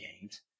games